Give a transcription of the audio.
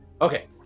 Okay